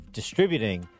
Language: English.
distributing